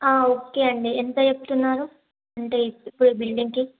okay అండి ఎంత చెప్తున్నారు అంటే ఇప్పుడు బిల్డింగ్కి